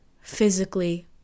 physically